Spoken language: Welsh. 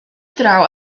draw